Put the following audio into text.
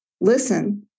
Listen